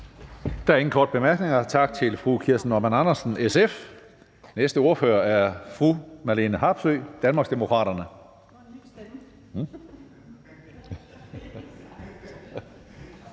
Der er ingen korte bemærkninger. Tak til fru Kirsten Normann Andersen, SF. Næste ordfører er fru Marlene Harpsøe, Danmarksdemokraterne.